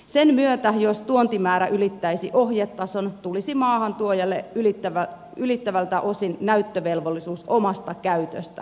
sen myötä jos tuontimäärä ylittäisi ohjetason tulisi ylittävältä osin maahantuojalle näyttövelvollisuus omasta käytöstä